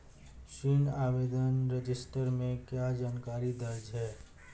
ऋण आवेदन रजिस्टर में क्या जानकारी दर्ज है?